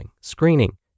screening